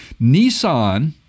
Nissan